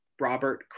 Robert